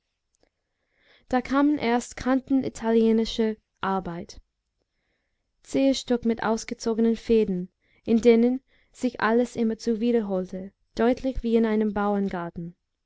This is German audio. da kamen erst kanten italienischer arbeit zähe stücke mit ausgezogenen fäden in denen sich alles immerzu wiederholte deutlich wie in einem bauerngarten